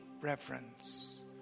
reverence